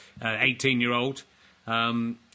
18-year-old